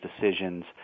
decisions